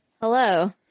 Hello